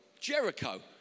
Jericho